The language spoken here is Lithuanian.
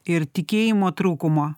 ir tikėjimo trūkumo